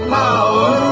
power